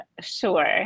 Sure